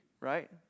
right